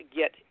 get